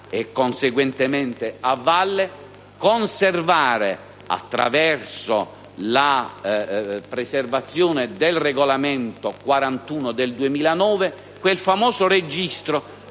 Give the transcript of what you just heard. e conseguentemente conservare, attraverso la preservazione del regolamento n. 41 del 2009, quel famoso registro